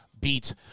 beat